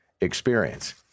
experience